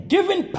given